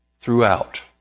throughout